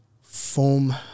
foam